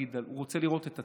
רוצה לראות את הצילומים,